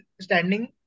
standing